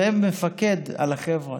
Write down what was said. ומפקד על החבר'ה.